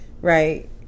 right